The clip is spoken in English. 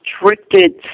restricted